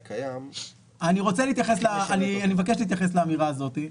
אני מבקש להתייחס לאמירה הזאת.